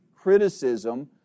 criticism